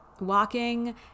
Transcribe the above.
walking